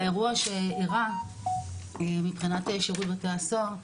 האירוע שאירע, מבחינת שירות בתי הסוהר,